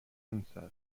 princess